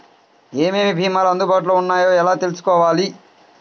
ఏమేమి భీమాలు అందుబాటులో వున్నాయో ఎలా తెలుసుకోవాలి?